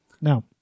now